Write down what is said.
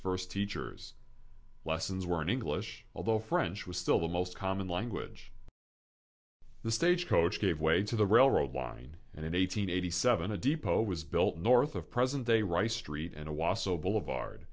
first teachers lessons were in english although french was still the most common language the stagecoach gave way to the railroad line and at eight hundred eighty seven a depot was built north of present day rice street and a wasso boulevard